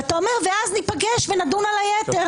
ואז אתה אומר שניפגש ונדון על היתר?